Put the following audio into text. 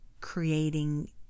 creating